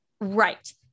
Right